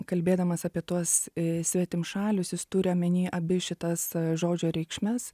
kalbėdamas apie tuos svetimšalius jis turi omeny abi šitas žodžio reikšmes